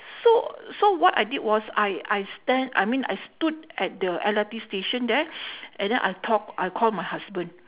so so what I did was I I stand I mean I stood at the L_R_T station there and then I talk I called my husband